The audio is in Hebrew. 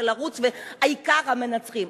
והעיקר המנצחים,